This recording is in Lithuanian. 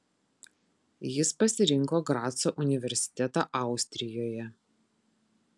jis pasirinko graco universitetą austrijoje